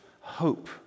hope